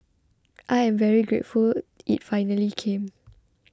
I am very grateful it finally came